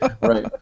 right